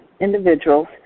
individuals